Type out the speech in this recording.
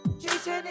Jason